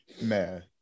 Man